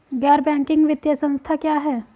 गैर बैंकिंग वित्तीय संस्था क्या है?